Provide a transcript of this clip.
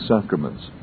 sacraments